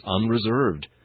unreserved